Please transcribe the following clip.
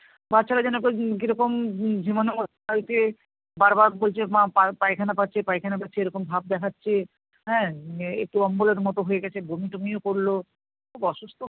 বাচ্চাটা যেন কী রকম ঝিমানো মতো লাগছে বার বার বলছে মা পায় পায়খানা পাচ্ছে পায়খানা পাচ্ছে এরকম ভাব দেখাচ্ছে হ্যাঁ একটু অম্বলের মতো হয়ে গেছে বমি টমিও করলো খুব অসুস্থ